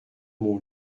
mon